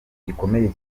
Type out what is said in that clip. gikomeye